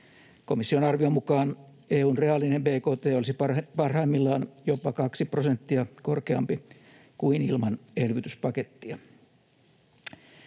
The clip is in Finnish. Komission arvion mukaan EU:n reaalinen bkt olisi parhaimmillaan jopa 2 prosenttia korkeampi kuin ilman elvytyspakettia.